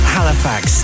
Halifax